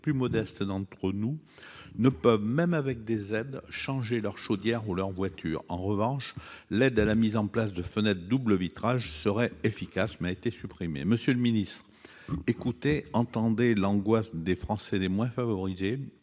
Monsieur le secrétaire d'État, écoutez, entendez l'angoisse des Français les moins favorisés